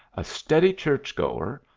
a steady church-goer,